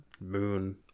moon